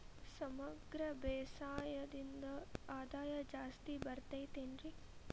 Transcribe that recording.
ಸಮಗ್ರ ಬೇಸಾಯದಿಂದ ಆದಾಯ ಜಾಸ್ತಿ ಬರತೈತೇನ್ರಿ?